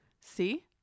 See